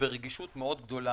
וברגישות רבה,